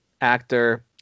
actor